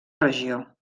regió